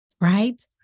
right